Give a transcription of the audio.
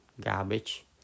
garbage